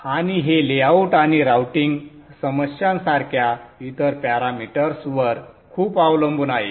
आणि हे लेआउट आणि राउटिंग समस्यांसारख्या इतर पॅरामीटर्सवर खूप अवलंबून आहे